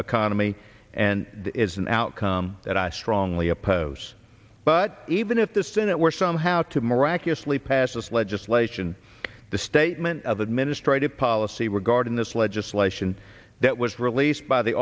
me and is an outcome that i strongly oppose but even if the senate were somehow to miraculously pass this legislation the statement of administrative policy regarding this legislation that was released by the